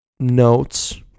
Notes